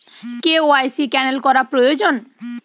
KYC cancel করা প্রয়োজন?